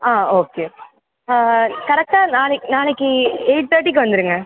ஆ okay கரெக்டாக நாளைக்கு நாளைக்கு எய்ட் தேர்ட்டிக்கு வந்துருங்கள்